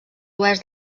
oest